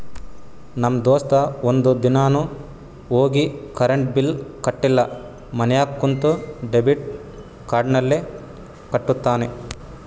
ನಮ್ ದೋಸ್ತ ಒಂದ್ ದಿನಾನು ಹೋಗಿ ಕರೆಂಟ್ ಬಿಲ್ ಕಟ್ಟಿಲ ಮನ್ಯಾಗ ಕುಂತ ಡೆಬಿಟ್ ಕಾರ್ಡ್ಲೇನೆ ಕಟ್ಟತ್ತಾನ್